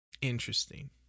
Interesting